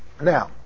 Now